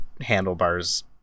handlebars